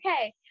okay